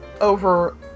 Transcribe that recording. over